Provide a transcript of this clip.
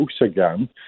again